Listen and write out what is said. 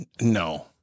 No